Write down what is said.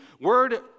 word